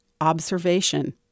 observation